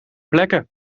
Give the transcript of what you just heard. plekken